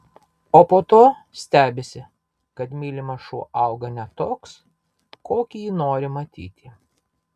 o po to stebisi kad mylimas šuo auga ne toks kokį jį nori matyti